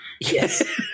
Yes